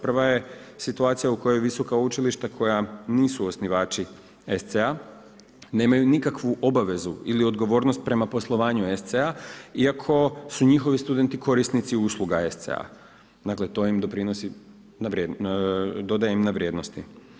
Prva je situacija u kojoj visoka učilišta koja nisu osnivači SC-a nemaju nikakvu obavezu ili odgovornost prema poslovanju SC-a iako su njihovi studenti korisnici usluga SC-a, dakle to im dodaje na vrijednosti.